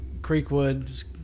Creekwood